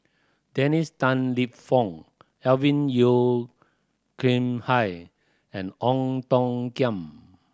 Dennis Tan Lip Fong Alvin Yeo Khirn Hai and Ong Tiong Khiam